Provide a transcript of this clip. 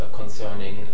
concerning